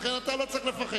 לכן, אתה לא צריך לפחד.